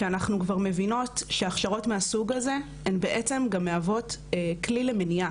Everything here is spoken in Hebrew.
שאנחנו כבר מבינות שהכשרות מהסוג הזה הן בעצם גם מהוות כלי למניעה,